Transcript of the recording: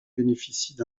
bénéficient